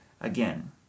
again